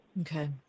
Okay